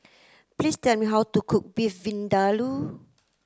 please tell me how to cook Beef Vindaloo